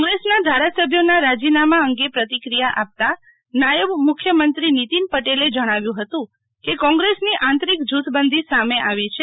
કોંગ્રેસના ધારાસભ્યોના રાજીનામાં અંગે પ્રતિક્રિયા આપતા નાયબ મુખ્યમંત્રી નીતિન પટેલે જણાવ્યું હતું કે કોંગ્રેસની આંતરિક જુથબંધી સામે આવી છે